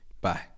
Bye